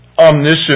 omniscient